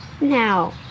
Now